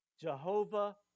Jehovah